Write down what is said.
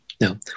Now